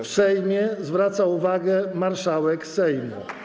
W Sejmie zwraca uwagę marszałek Sejmu.